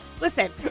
Listen